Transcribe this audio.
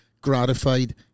gratified